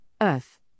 earth